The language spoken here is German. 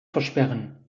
versperren